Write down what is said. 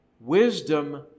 Wisdom